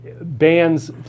bands